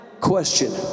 Question